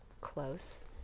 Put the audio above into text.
close